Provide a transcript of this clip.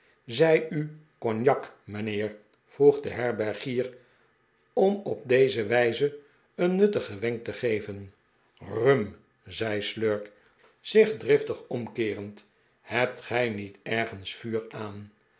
zei u cognac mijnheer vroeg de herbergier om op deze wijze een nuttigen wenk te geven rum zei slurk zich driftig omkeerend hebt gij niet ergens vuur aan